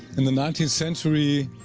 in the nineteenth century,